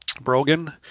brogan